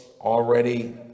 already